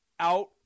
out